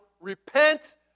repent